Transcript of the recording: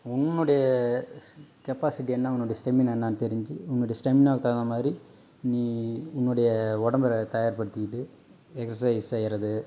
உன்னுடைய செ கெப்பாசிட்டி என்ன உன்னுடைய ஸ்டெமினா என்ன தெரிஞ்சு உன்னுடைய ஸ்டெமினாவுக்கு தகுந்த மாதிரி நீ உன்னுடைய உடம்ப தயார் படுத்திக்கிட்டு எக்சசைஸ் செய்யறது